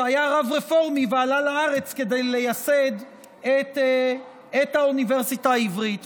שהיה רב רפורמי ועלה לארץ כדי לייסד את האוניברסיטה העברית.